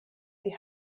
die